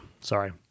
Sorry